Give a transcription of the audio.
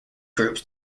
groups